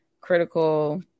critical